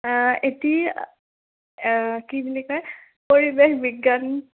এটি কি বুলি কয় পৰিৱেশ বিজ্ঞান